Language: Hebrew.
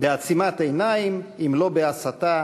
בעצימת עיניים אם לא בהסתה